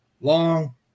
long